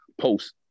post